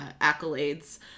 accolades